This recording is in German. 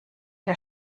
der